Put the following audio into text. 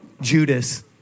Judas